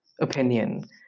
opinion